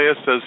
says